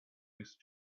least